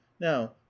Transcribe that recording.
now